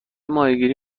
ماهیگیری